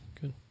Good